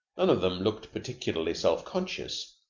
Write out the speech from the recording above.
of them looked particularly self-conscious,